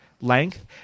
length